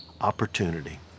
opportunity